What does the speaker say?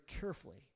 carefully